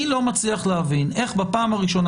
אני לא מצליח להבין איך בפעם הראשונה